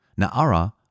Naara